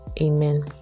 Amen